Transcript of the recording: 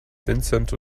vincent